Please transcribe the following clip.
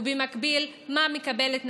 ובמקביל מה מקבלת נצרת?